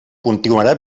continuarà